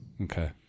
Okay